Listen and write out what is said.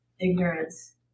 ignorance